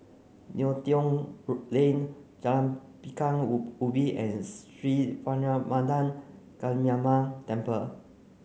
Neo Tiew Road Lane Jalan Pekan Woo Ubin and Sri Vairavimada Kaliamman Temple